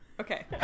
Okay